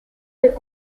est